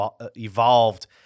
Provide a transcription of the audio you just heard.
evolved